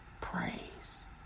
praise